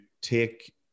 take